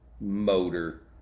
motor